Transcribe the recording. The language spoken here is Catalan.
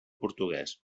portuguès